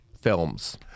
films